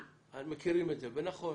נכון,